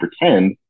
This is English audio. pretend